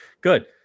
good